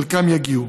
חלקם יגיעו.